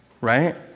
right